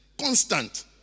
constant